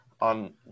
on